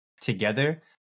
together